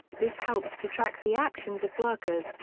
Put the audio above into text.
this helps to track the actions of workers,